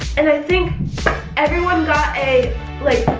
and i think everyone got a like